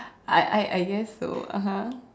I I I guess so (uh huh)